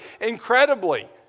incredibly